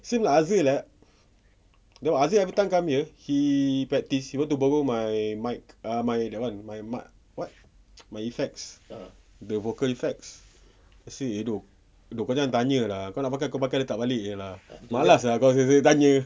same like azil eh though azil everytime come here he practise he want to borrow my mic uh my that one my mic what my effects the vocal effects I say eh dok eh dok kau jangan tanya lah kau nak pakai kau pakai letak balik jer lah malas lah kau asyik asyik tanya